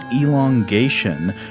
elongation